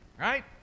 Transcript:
right